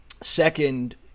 second